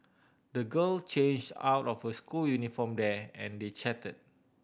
the girl changed out of her school uniform there and they chatted